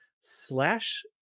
slash